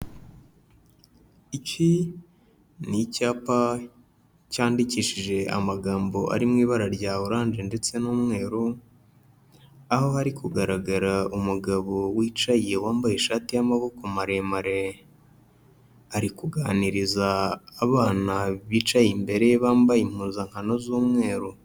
Iki ni icyapa cyandikishije amagambo ari mu ibara rya orange ndetse n'umweru, aho hari kugaragara umugabo wicaye wambaye ishati y'amaboko maremare, ari kuganiriza abana bicaye imbere bambaye impuzankano z'umweru.